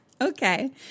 Okay